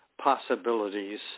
possibilities